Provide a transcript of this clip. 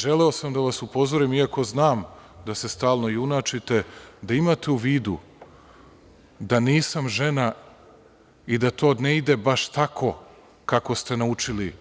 Želeo sam da vas upozorim, iako znam da se stalno junačite, da imate u vidu da nisam žena i da to ne ide baš tako kako ste naučili